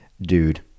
Dude